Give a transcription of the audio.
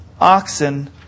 oxen